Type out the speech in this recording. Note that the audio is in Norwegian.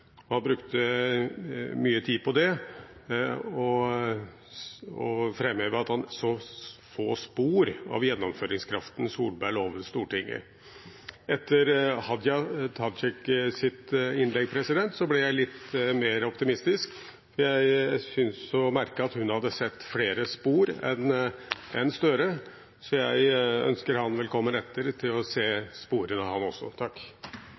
og det brukte han mye tid på å framheve – at han så få spor av den gjennomføringskraften Erna Solberg lovet Stortinget. Etter Hadia Tajiks innlegg ble jeg litt mer optimistisk. Jeg syntes å merke at hun hadde sett flere spor av den enn representanten Gahr Støre, så jeg ønsker ham velkommen etter, med tanke på å